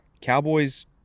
Cowboys